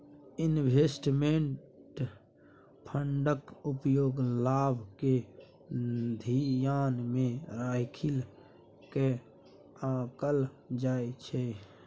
investment फंडक उपयोग लाभ केँ धियान मे राइख कय कअल जाइ छै